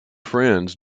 friends